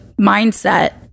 mindset